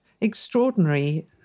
extraordinary